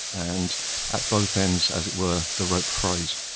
and at both ends, as it were, the rope frays.